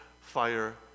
fire